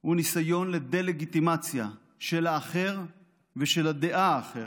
הוא ניסיון לדה-לגיטימציה של האחר ושל הדעה האחרת.